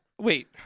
wait